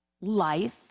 life